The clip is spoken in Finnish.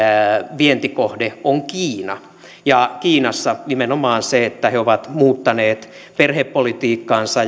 vientikohde on kiina kiinassa nimenomaan se että he ovat muuttaneet perhepolitiikkaansa